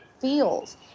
feels